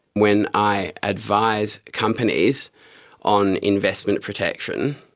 when i advise companies on investment protection,